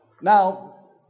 Now